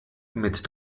mit